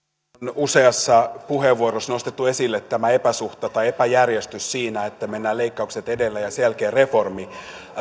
useassa puheenvuorossa nostettu esille tämä epäsuhta tai epäjärjestys siinä että mennään leikkaukset edellä ja sen jälkeen reformi